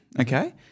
okay